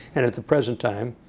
and at the present time,